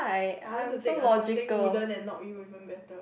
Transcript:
I want to take a something wooden and knock you even better